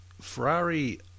Ferrari